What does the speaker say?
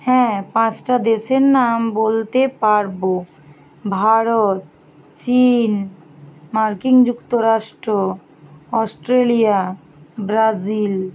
হ্যাঁ পাঁচটা দেশের নাম বলতে পারব ভারত চীন মার্কিন যুক্তরাষ্ট্র অস্ট্রেলিয়া ব্রাজিল